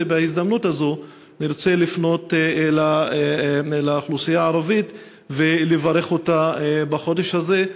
ובהזדמנות הזו אני רוצה לפנות לאוכלוסייה הערבית ולברך אותה בחודש הזה,